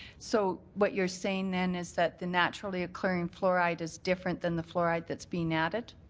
so what you're saying then is that the naturally occurring fluoride is different than the fluoride that's being added?